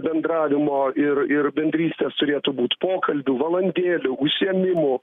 bendravimo ir ir bendrystės turėtų būt pokalbių valandėlių užsiėmimų